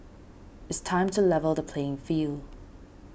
it's time to level the playing field